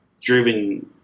driven